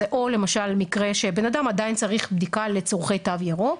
זה או למשל מקרה בן אדם עדיין צריך בדיקה לצרכי תו ירוק,